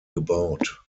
gebaut